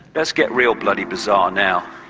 let's get real bloody bizarre now.